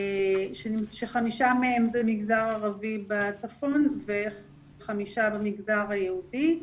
שחמישה מהם זה מגזר ערבי בצפון וחמישה במגזר היהודי,